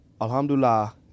Alhamdulillah